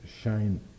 shine